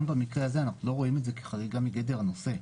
גם במקרה הזה אנחנו לא רואים את זה כחריגה מגדר הנושא.